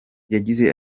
yagize